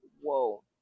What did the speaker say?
whoa